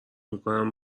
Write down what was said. میکنم